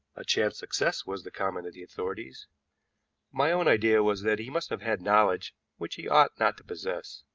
a chance success was the comment of the authorities my own idea was that he must have had knowledge which he ought not to possess